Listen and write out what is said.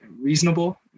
reasonable